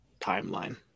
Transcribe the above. timeline